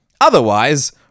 Otherwise